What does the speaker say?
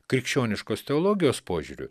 krikščioniškos teologijos požiūriu